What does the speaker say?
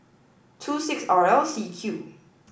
two six R L C Q